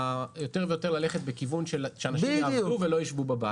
יותר ללכת בכיוון שאנשים יעבדו ולא יישבו בבית.